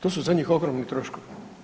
To su za njih ogromni troškovi.